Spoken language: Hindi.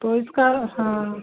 तो इसका हाँ